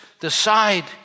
decide